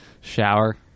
shower